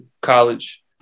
college